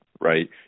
right